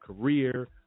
career